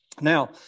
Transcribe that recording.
Now